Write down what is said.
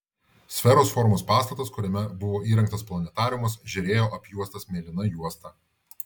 sferos formos pastatas kuriame buvo įrengtas planetariumas žėrėjo apjuostas mėlyna juosta